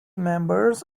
members